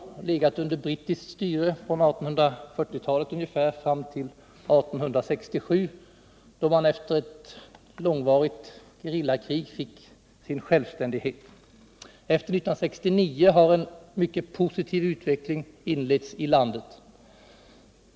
Det har legat under brittiskt styre från 1839 fram till 1967, då man efter ett långvarigt gerillakrig fick sin självständighet. Efter 1969 har en mycket positiv utveckling inletts i landet.